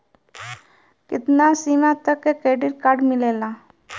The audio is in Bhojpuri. कितना सीमा तक के क्रेडिट कार्ड मिलेला?